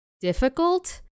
difficult